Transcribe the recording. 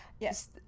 Yes